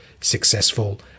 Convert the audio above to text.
successful